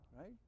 right